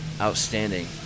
outstanding